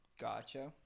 Gotcha